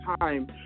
time